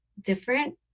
different